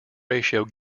ratio